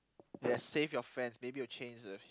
yes save your friends maybe you'll change the